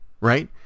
right